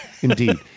indeed